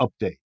Update